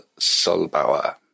Solbauer